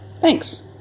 Thanks